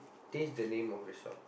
change the name of the shop